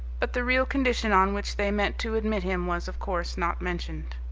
but the real condition on which they meant to admit him was, of course, not mentioned.